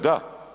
Da.